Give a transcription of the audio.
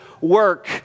work